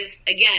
again